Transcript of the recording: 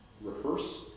rehearse